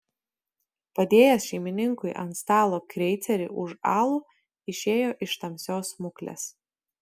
padėjęs šeimininkui ant stalo kreicerį už alų išėjo iš tamsios smuklės